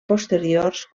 posteriors